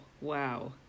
Wow